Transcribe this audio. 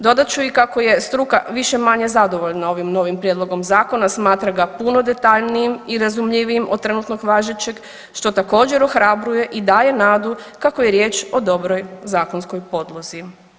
Dodat ću i kako je struka više-manje zadovoljna ovim novim prijedlogom zakona, smatra ga punim detaljnijim i razumljivijim od trenutnog važećeg što također ohrabruje i daje nadu kako je riječ o dobroj zakonskoj podlozi.